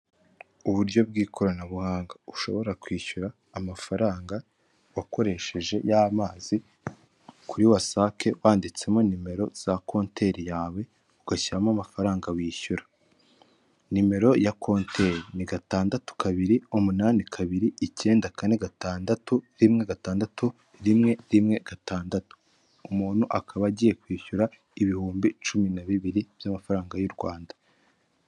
Uburyo bw'ikoranabuhanga ,ushobora kwishyura amafaranga wakoresheje y'amazi ,kuri wasake wanditsemo nimero za konteri yawe, ugashyiramo amafaranga wishyura ,nimero ya konteri ni gatandatu kabiri umunani kabiri icyenda kane gatandatu rimwe gatandatu rimwe rimwe gatandatu, umuntu akaba agiye kwishyura ibihumbi cumi na bibiri by'amafaranga y'u Rwanda.